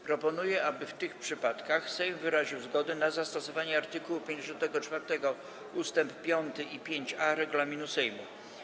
Proponuję, aby w tych przypadkach Sejm wyraził zgodę na zastosowanie art. 54 ust. 5 i 5a regulaminu Sejmu.